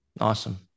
Awesome